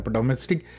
Domestic